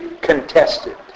contested